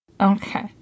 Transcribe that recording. Okay